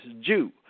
Jew